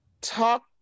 talk